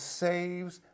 saves